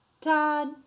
Todd